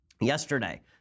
yesterday